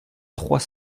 trois